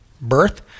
birth